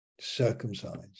circumcised